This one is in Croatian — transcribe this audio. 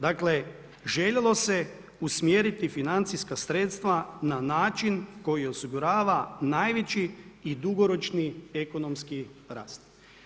Dakle, željelo se usmjeriti financijska sredstva, na način, koji osigurava, najveći i dugoročni ekonomski rast.